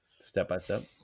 Step-by-step